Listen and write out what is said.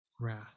wrath